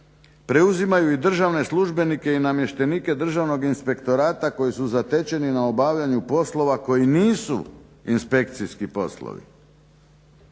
"preuzimaju i državne službenike i namještenike Državnog inspektorata koji su zatečeni na obavljanju poslova koji nisu inspekcijski poslovi".